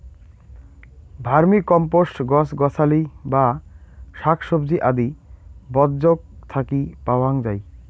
vermicompost গছ গছালি বা শাকসবজি আদি বর্জ্যক থাকি পাওয়াং যাই